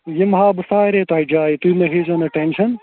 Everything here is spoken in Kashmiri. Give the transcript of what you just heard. یِم ہاوٕ بہٕ ساریٚے تۅہہِ جایہِ تُہۍ مٔہ ہیٚزیٚو نہَ ٹٮ۪نشَن